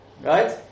Right